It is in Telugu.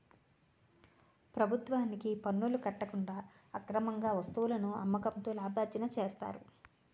ప్రభుత్వానికి పనులు కట్టకుండా అక్రమార్గంగా వస్తువులను అమ్మకంతో లాభార్జన చేస్తారు